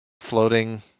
floating